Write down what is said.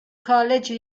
college